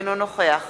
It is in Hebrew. אינו נוכח